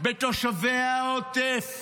בתושבי העוטף